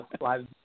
live